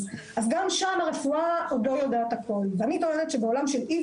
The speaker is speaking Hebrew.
גם שם הרפואה עוד לא יודעת הכל ואני טוענת בעולם של אי